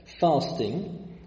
fasting